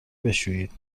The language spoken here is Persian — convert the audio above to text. بشویید